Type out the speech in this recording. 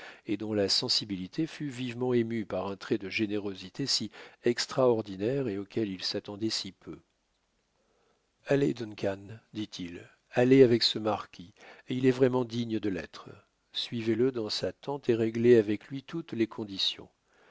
et dont la sensibilité fut vivement émue par un trait de générosité si extraordinaire et auquel il s'attendait si peu allez duncan dit-il allez avec ce marquis et il est vraiment digne de l'être suivez-le dans sa tente et réglez avec lui toutes les conditions